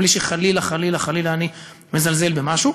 בלי שחלילה חלילה חלילה אני מזלזל במשהו.